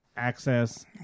access